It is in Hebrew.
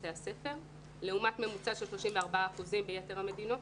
בתי הספר לעומת ממוצע של 34 אחוזים ביתר המדינות.